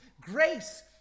Grace